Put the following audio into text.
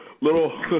little